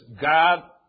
God